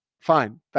Fine